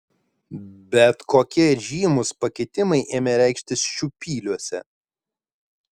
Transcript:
bet kokie žymūs pakitimai ėmė reikštis šiupyliuose